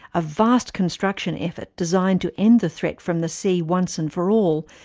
a vast construction effort designed to end the threat from the sea once and for all,